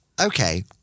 Okay